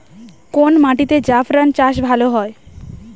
কোন মাটিতে জাফরান চাষ ভালো হয়?